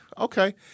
Okay